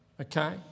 Okay